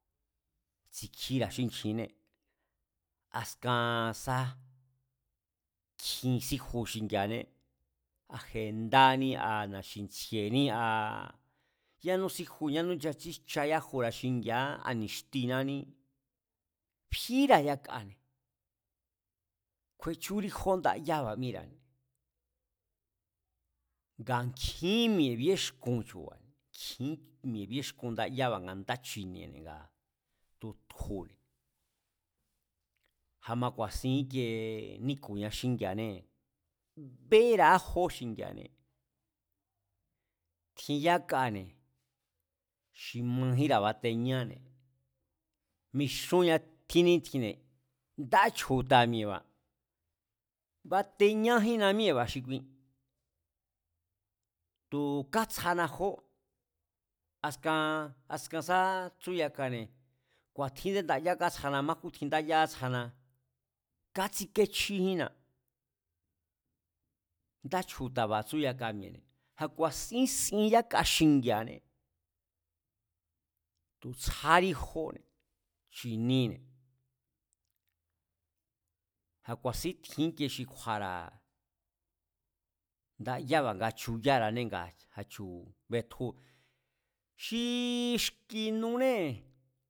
Tsi̱kjíra̱ xínkjiné, askan sá kjin síju xingi̱a̱ané, a̱ jendání, a na̱xi̱ntsji̱e̱ní, aa yanú síju yánú nchatsíjcha yajura̱ xingi̱a̱á, a ni̱xtinání fíra̱ yakane̱, kjuechúrí jó ndayaba̱ míra̱ne̱, nga nkjín mi̱e̱ bíexkun chu̱ba̱, nkjín mi̱e̱ bíexkun ndayába̱ nga ndá chiniene̱ ngaa̱ tutjune̱. A̱ma ku̱a̱sin íkiee níku̱a xíngi̱a̱anée̱, bera̱á jó xingi̱a̱anee̱, tjin yakane̱ xi majínra̱ bateñáne̱, mixúnña tjínítjine̱ nda chju̱ta̱ mi̱e̱ba̱, bateñajínna míée̱ba̱ xi kui tu̱ katsjana jó, askan, askan sá tsú yakane̱, ki̱tjínde ndayá kátsjana, májkú tjin ndáyá katsjana, kátsíkechjíjínna, nda chju̱ta̱ba̱ tsú yaka mi̱e̱ne̱. A̱ ku̱a̱sín sin yáka xingi̱a̱ané, tu̱ tsjárí jóne̱, chi̱nine̱, a̱ ku̱a̱sín tji íkie xi kju̱a̱ra̱, ndayába̱ nga chuyára̱ánee̱ a̱chu̱a betjune̱, xíí xki̱ nunée̱